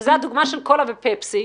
וזו הדוגמה של קולה ופפסי,